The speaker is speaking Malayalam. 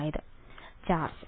വിദ്യാർത്ഥി ചാർജ്